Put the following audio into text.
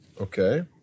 Okay